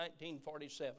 1947